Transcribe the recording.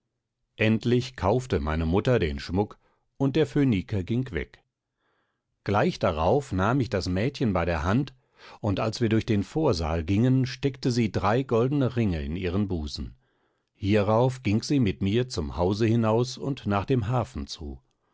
endlich kaufte meine mutter den schmuck und der phöniker ging weg gleich darauf nahm mich das mädchen bei der hand und als wir durch den vorsaal gingen steckte sie drei goldene ringe in ihren busen hierauf ging sie mit mir zum hause hinaus und nach dem hafen zu